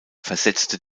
versetzte